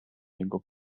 jego